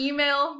Email